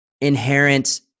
inherent